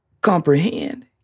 comprehend